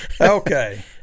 okay